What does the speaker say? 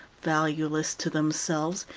valueless to themselves,